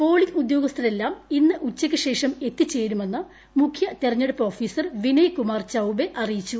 polling ഉദ്യോഗസ്ഥരെല്ലാം ഇന്ന് ഉച്ചയ്ക്ക് ശേഷം എത്തിച്ചേരുമെന്ന് മുഖ്യ തെരഞ്ഞെടുപ്പ് ഓഫീസർ വിനയ്കുമാർ ചൌബെ അറിയിച്ചു